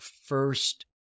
first